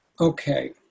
Okay